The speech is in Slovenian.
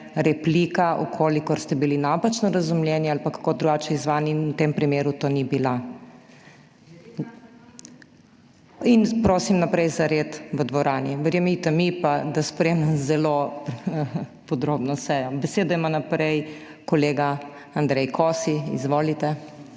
replika, v kolikor ste bili napačno razumljeni ali pa kako drugače izzvani. In v tem primeru to ni bila. In prosim naprej za red v dvorani. Verjemite mi pa, da spremljam zelo podrobno sejo. Besedo ima kolega Andrej Kosi. Izvolite.